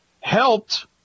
helped